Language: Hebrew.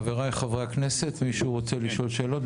חבריי, חבריי הכנסת, מישהו רוצה לשאול שאלות?